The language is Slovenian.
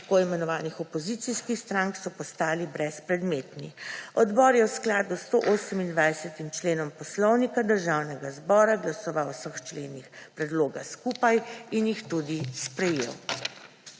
tako imenovanih opozicijskih strank so postali brezpredmetni. Odbor je v skladu s 128. členom Poslovnika Državnega zbora glasoval o vseh členih predloga skupaj in jih tudi sprejel.